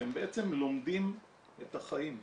והם בעצם לומדים את החיים.